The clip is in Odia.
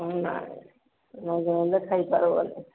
ନାଇଁ ମଝିରେ ମଝିରେ ଖାଇପାରବନି